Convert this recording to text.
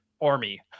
army